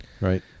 right